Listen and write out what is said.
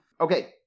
Okay